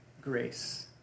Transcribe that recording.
grace